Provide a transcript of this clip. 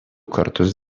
kartus